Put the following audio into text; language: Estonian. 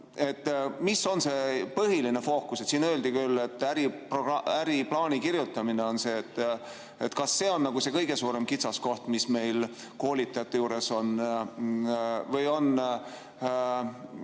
mis on see põhiline fookus. Siin öeldi küll, et äriplaani kirjutamine on see. Kas see on see kõige suurem kitsaskoht, mis meil koolitajate puhul on? Kas